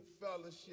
fellowship